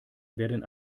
werden